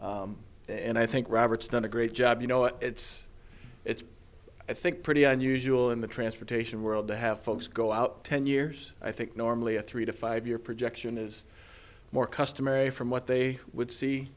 happening and i think robert's done a great job you know it's it's i think pretty unusual in the transportation world to have folks go out ten years i think normally a three to five year projection is more customary from what they would see